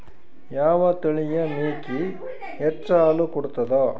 ಯಾವ ತಳಿಯ ಮೇಕಿ ಹೆಚ್ಚ ಹಾಲು ಕೊಡತದ?